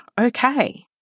okay